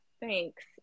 thanks